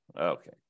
Okay